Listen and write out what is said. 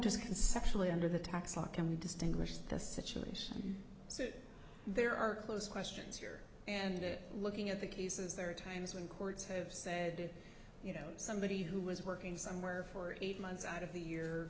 conceptually under the tax law can you distinguish the situation so there are close questions here and it looking at the cases there are times when courts have said you know somebody who was working somewhere for eight months out of